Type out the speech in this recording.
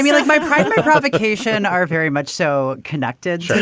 like my the provocation are very much so connected.